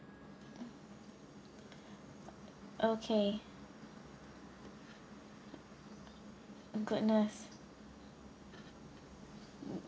okay goodness